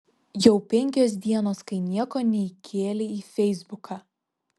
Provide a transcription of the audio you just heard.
jau penkios dienos kai nieko neįkėlei į feisbuką